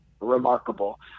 remarkable